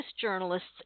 journalists